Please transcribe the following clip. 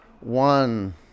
one